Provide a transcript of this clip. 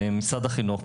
במשרד החינוך,